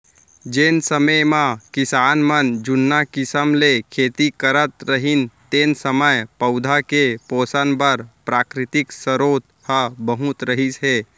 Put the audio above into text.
जेन समे म किसान मन जुन्ना किसम ले खेती करत रहिन तेन समय पउधा के पोसन बर प्राकृतिक सरोत ह बहुत रहिस हे